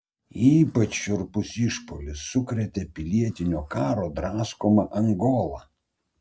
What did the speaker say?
ypač šiurpus išpuolis sukrėtė pilietinio karo draskomą angolą